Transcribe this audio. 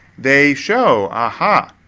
they show, aha,